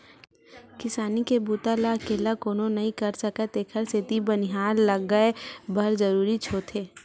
किसानी के बूता ल अकेल्ला कोनो नइ कर सकय तेखर सेती बनिहार लगये बर जरूरीच होथे